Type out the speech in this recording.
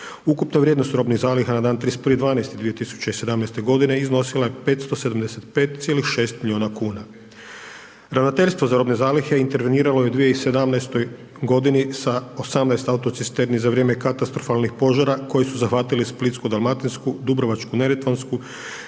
Ukupna vrijednost robnih zaliha na dan 31.12.2017. godine iznosila je 575,6 milijuna kuna. Ravnateljstvo za robne zalihe interveniralo je u 2017. g. sa 18 autocisterni za vrijeme katastrofalnih požara koji su zahvatili Splitsko-dalmatinsku, Dubrovačko-neretvansku,